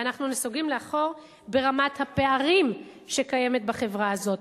ואנחנו נסוגים לאחור ברמת הפערים שקיימת בחברה הזאת.